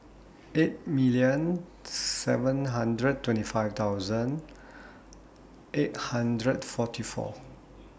eight million seven hundred twenty five thousand eight hundred forty four